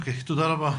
תודה רבה.